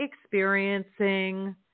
experiencing